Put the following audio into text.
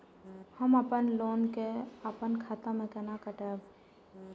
हम अपन लोन के अपन खाता से केना कटायब?